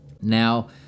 now